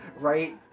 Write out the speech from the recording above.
Right